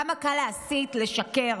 כמה קל להסית, לשקר.